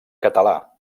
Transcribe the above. català